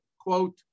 quote